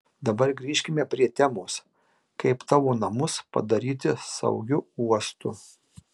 dabar grįžkime prie temos kaip tavo namus padaryti saugiu uostu